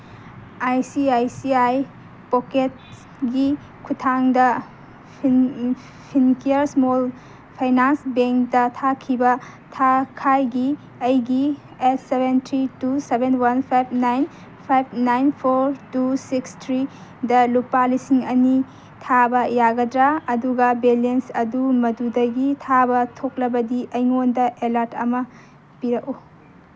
I C I C I ꯄꯣꯀꯦꯠꯁꯒꯤ ꯈꯨꯠꯊꯥꯡꯗ Fincare small finance ꯕꯦꯡꯇ ꯊꯥꯈꯤꯕ ꯊꯥꯈꯥꯏꯒꯤ ꯑꯩꯒꯤ eight seven three two seven one five nine five nine four two six ꯊ꯭ꯔꯤꯗ ꯂꯨꯄꯥ ꯂꯤꯁꯤꯡ ꯑꯅꯤ ꯊꯥꯕ ꯌꯥꯒꯗ꯭ꯔꯥ ꯑꯗꯨꯒ ꯕꯦꯂꯦꯟꯁ ꯑꯗꯨ ꯃꯗꯨꯗꯒꯤ ꯊꯥꯕ ꯊꯣꯛꯂꯕꯗꯤ ꯑꯩꯉꯣꯟꯗ ꯑꯦꯂꯔꯠ ꯑꯃ ꯄꯤꯔꯛꯎ